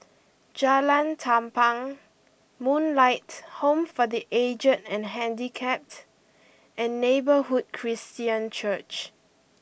Jalan Tampang Moonlight Home for the Aged and Handicapped and Neighbourhood Christian Church